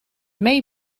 may